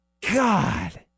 God